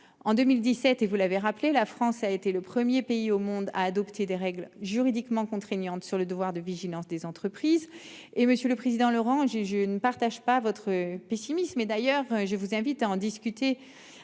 en 2017 et vous l'avez rappelé, la France a été le 1er pays au monde à adopter des règles juridiquement contraignante sur le devoir de vigilance des entreprises et monsieur le président Laurent j'ai je ne partage pas votre pessimisme et d'ailleurs je vous invite à en discuter.